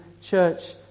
church